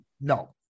No